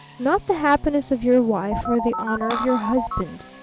not the happiness of your wife or the honor of your husband.